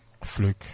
Fluke